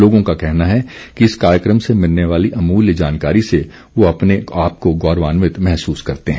लोगों का कहना है कि इस कार्यक्रम से मिलने वाली अमूल्य जानकारी से वह अपने आपको गौरवान्वित महसूस करते हैं